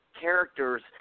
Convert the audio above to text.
characters